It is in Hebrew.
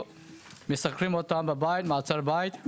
בבני המנשה אנחנו קיבלנו רשימה של שבע אחיות,